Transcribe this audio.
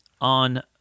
on